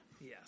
yes